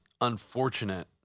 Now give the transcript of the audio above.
unfortunate